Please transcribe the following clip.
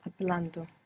Hablando